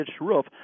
roof